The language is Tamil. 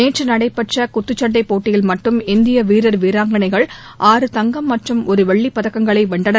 நேற்று நடைபெற்ற குத்துச்சண்டைப் போட்டியில் மட்டும் இந்திய வீரர் வீராங்கனைகள் ஆறு தங்கம் மற்றும் ஒரு வெள்ளிப் பதக்கங்களை வென்றனர்